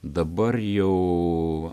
dabar jau